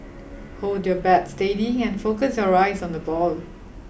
hold your bat steady and focus your eyes on the ball